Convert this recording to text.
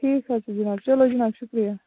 ٹھیٖک حظ چھُ جناب چلو جناب شُکریہ